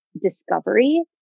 discovery